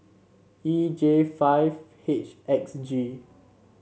E J five H X G